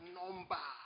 number